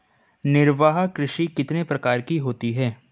निर्वाह कृषि कितने प्रकार की होती हैं?